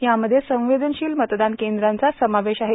यामध्ये संवेदनशील मतदान केंद्रांचा समावेश आहे